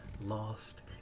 lost